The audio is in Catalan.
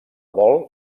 vol